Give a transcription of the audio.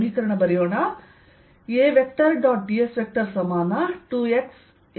A